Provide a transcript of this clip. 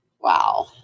Wow